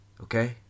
Okay